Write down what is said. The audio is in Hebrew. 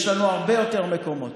יש לנו הרבה יותר מקומות.